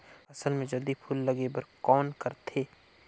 फसल मे जल्दी फूल लगे बर कौन करथे?